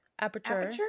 Aperture